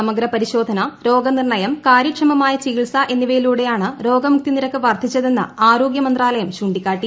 സമഗ്ര പരിശോധന രോഗനിർണയം കാര്യക്ഷമമായ ചികിത്സ എന്നിവയിലൂടെയാണ് രോഗമുക്തി നിരക്ക് വർധിച്ചതെന്ന് ആരോഗ്യ മന്ത്രാലയം ചൂണ്ടിക്കാട്ടി